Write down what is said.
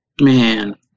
Man